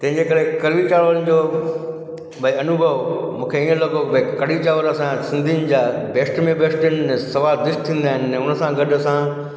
तंहिंजे करे कढ़ी चांवरनि जो भई अनुभव मूंखे इअं लॻो भई कढ़ी चांवर असां सिंधियुनि जा बेस्ट में बेस्ट स्वादिष्ट थींदा आहिनि हुन सां गॾु असां